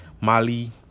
Mali